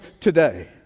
today